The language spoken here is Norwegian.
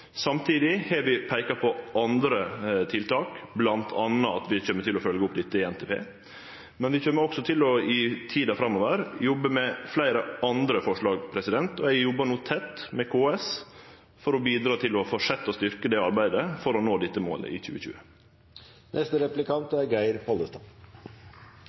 Samtidig har vi peika på andre tiltak, bl.a. at vi kjem til å følgje opp dette i NTP. Men vi kjem også til, i tida framover, å jobbe med fleire andre forslag, og eg jobbar no tett med KS for å bidra til å fortsetje å styrkje arbeidet for å nå dette målet i 2020.